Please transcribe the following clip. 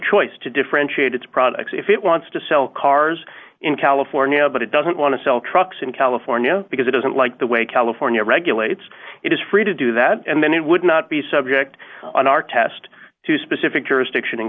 choice to differentiate its products if it wants to sell cars in california but it doesn't want to sell trucks in california because it doesn't like the way california regulates it is free to do that and then it would not be subject on our test to specific jurisdiction in